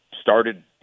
started –